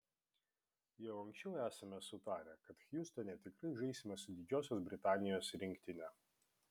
jau anksčiau esame sutarę kad hjustone tikrai žaisime su didžiosios britanijos rinktine